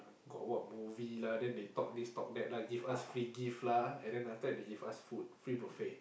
got what movie lah then they talk this talk that lah give us free gift lah and then after that they give us food free buffet